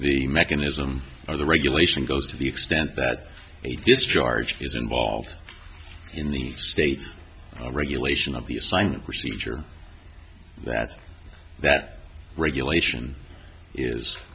the mechanism or the regulation goes to the extent that a discharge is involved in the state regulation of the assignment procedure that that regulation is